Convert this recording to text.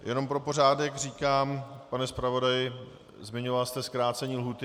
Jenom pro pořádek říkám, pane zpravodaji, zmiňoval jste zkrácení lhůty.